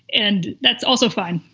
and that's also fine.